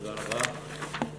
תודה רבה.